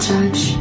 Judge